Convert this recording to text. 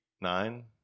nine